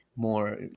more